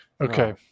Okay